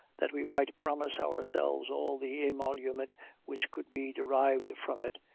that we might promise ourselves all the emolument which could be derived from it,